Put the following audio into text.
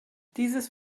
dieses